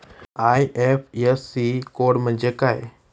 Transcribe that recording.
IFSC code म्हणजे काय?